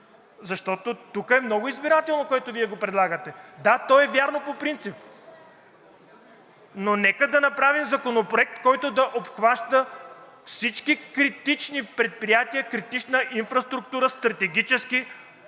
защото тук е много избирателно, което Вие предлагате. Да, то е вярно по принцип, но нека да направим законопроект, който да обхваща всички критични предприятия, критична инфраструктура, стратегически,